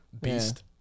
Beast